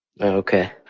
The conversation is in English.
Okay